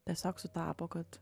tiesiog sutapo kad